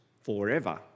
forever